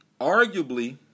Arguably